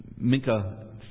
Minka